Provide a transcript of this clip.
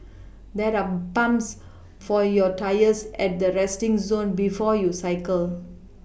there are pumps for your tyres at the resting zone before you cycle